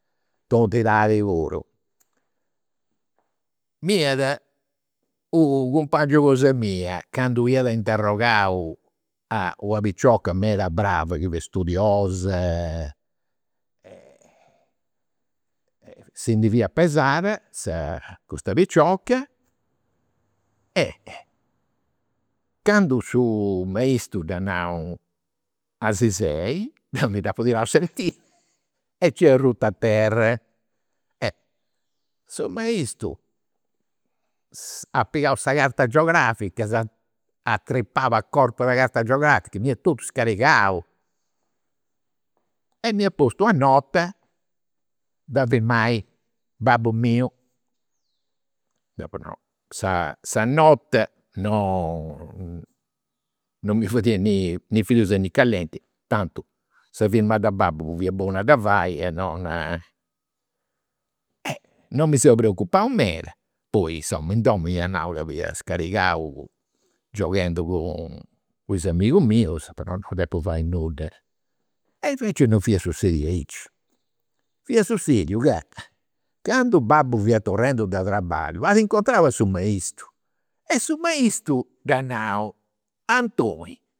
Tontidadi puru. M'iat, unu cumpangiu cosa mia, candu iat interrogau a una picioca meda brava, chi fiat studiosa e si ndi fiat pesada, custa picioca, e candu su maistu dda nau a si sei, deu dd'apu tirau sa cadira e nc'est arruta a terra. Su maistu at pigau sa carta geografica s'at atripau a corpus de carta geografica, m'iat totu scarigau. E m'iat postu una nota de firmai babbu miu. Deu apu nau, sa sa nota non mi fadiat nì frius nì calenti, tantu sa firma de babbu fia bonu a dda fai e non non mi seu preocupau meda. Poi insoma, in domu ia nau ca fiu scarigau gioghendu cun is amigus mius, apu nau non depu fai nudda. E invecias non fia sussediu aici. Fia sussediu ca candu babbu fia de traballu, at incontrau su maistu e su maistu dda nau, Antoni